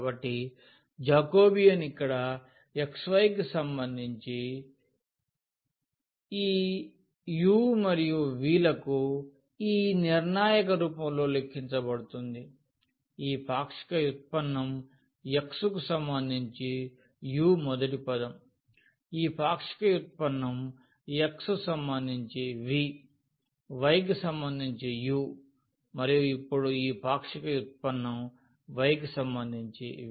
కాబట్టి జాకోబియన్ ఇక్కడ xy కి సంబంధించి ఈ u మరియు v లకు ఈ నిర్ణాయక రూపంలో లెక్కించబడుతుంది ఈ పాక్షిక వ్యుత్పన్నం x కు సంబంధించి u మొదటి పదం ఈ పాక్షిక వ్యుత్పన్నం x సంబంధించి v y కి సంబంధించి u మరియు ఇప్పుడు ఈ పాక్షిక వ్యుత్పన్నం y కి సంబంధించి v